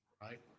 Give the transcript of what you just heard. right